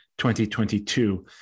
2022